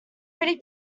pretty